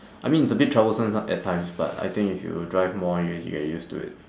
I mean it's a bit troublesome some~ at times but I think if you drive more you'll usually get used to it